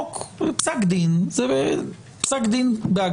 פסק דין בהגדרה,